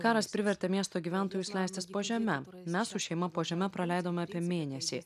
karas privertė miesto gyventojus leistis po žeme mes su šeima po žeme praleidome apie mėnesį